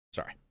Sorry